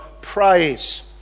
praise